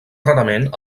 rarament